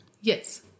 Yes